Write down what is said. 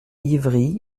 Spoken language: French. ivry